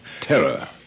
Terror